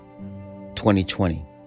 2020